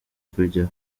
kujya